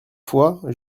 fois